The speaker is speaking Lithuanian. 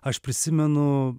aš prisimenu